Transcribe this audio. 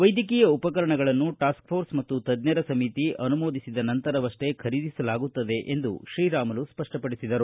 ವೈದ್ಯಕೀಯ ಉಪಕರಣಗಳನ್ನು ಟಾಸ್ಕ್ಮೋರ್ಸ ಮತ್ತು ತಜ್ಞರು ಸಮಿತಿ ಅನುಮೋದಿಸಿದ ನಂತರವಷ್ಟೇ ಖರೀದಿಸಲಾಗುತ್ತದೆ ಎಂದು ಶ್ರೀರಾಮುಲು ಸ್ಪಷ್ಟಪಡಿಸಿದರು